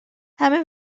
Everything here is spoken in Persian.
همه